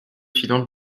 filantes